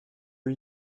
are